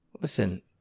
Listen